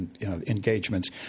engagements